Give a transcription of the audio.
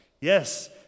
Yes